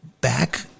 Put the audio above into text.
back